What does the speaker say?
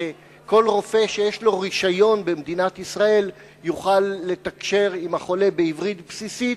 שכל רופא שיש לו רשיון במדינת ישראל יוכל לתקשר עם החולה בעברית בסיסית,